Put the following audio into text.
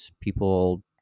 people